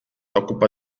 occupa